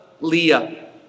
Leah